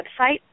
website